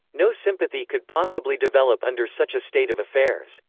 no sympathy could possibly develop under such a state of affairs.